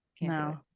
No